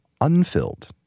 unfilled